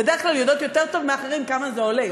בדרך כלל יודעות טוב יותר מאחרים כמה זה עולה,